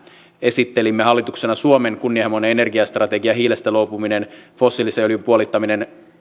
esittelimme hallituksena suomen kunnianhimoinen energiastrategia hiilestä luopuminen fossiilisen öljyn puolittaminen